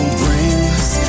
brings